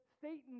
Satan